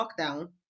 lockdown